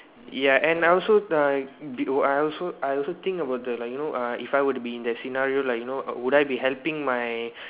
ya and I also uh I also I also think about the like you know uh if I were to be in that scenario like you know would I be helping my